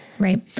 Right